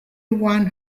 one